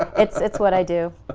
it's it's what i do,